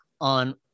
on